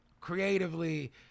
creatively